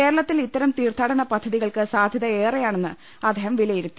കേരളത്തിൽ ഇത്തരം തീർത്ഥാടന പദ്ധതികൾക്ക് സാധ്യത ഏറെയാണെന്ന് അദ്ദേഹം വിലയിരുത്തി